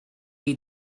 gei